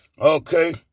okay